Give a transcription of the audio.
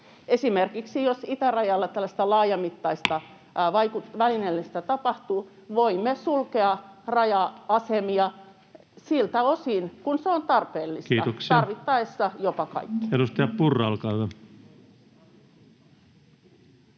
välineellistä vaikuttamista tapahtuu, voimme sulkea raja-asemia siltä osin kuin se on tarpeellista, [Puhemies: Kiitoksia!] tarvittaessa jopa kaikki. Edustaja Purra, olkaa hyvä.